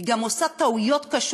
היא גם עושה טעויות קשות.